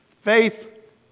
Faith